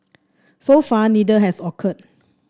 so far neither has occurred